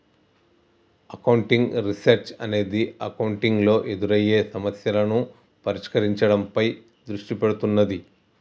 accounting research అనేది accounting లో ఎదురయ్యే సమస్యలను పరిష్కరించడంపై దృష్టి పెడుతున్నాది